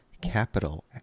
capital